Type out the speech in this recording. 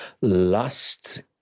Lust